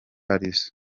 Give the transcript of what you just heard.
arizo